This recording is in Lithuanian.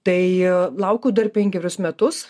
tai laukiau dar penkerius metus